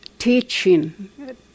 Teaching